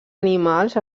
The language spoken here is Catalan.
animals